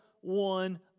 one